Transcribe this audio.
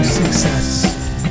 success